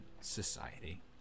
society